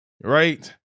right